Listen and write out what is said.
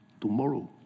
tomorrow